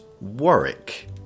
Warwick